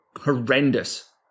horrendous